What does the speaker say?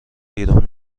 بیرون